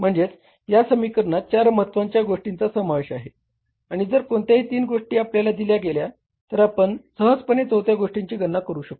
म्हणजे या समीकरणात चार महत्वाच्या गोष्टींचा समावेश आहे आणि जर कोणत्याही तीन गोष्टी आपल्याला दिल्या गेल्या तर आपण सहजपणे चौथ्या गोष्टींची गणना करू शकतो